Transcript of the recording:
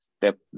step